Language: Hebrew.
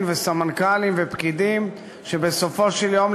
וסמנכ"לים ופקידים שבסופו של יום,